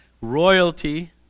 royalty